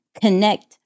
connect